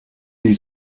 die